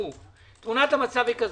תמונת המצב היא כזו.